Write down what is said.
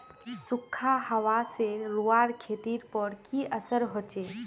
सुखखा हाबा से रूआँर खेतीर पोर की असर होचए?